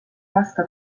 lasta